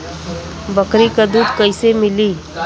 बकरी क दूध कईसे मिली?